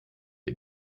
ihr